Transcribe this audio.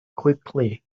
quickly